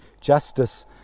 justice